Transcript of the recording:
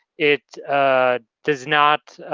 it does not